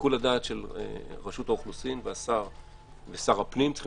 שיקול הדעת של רשות האוכלוסין ושר הפנים צריכים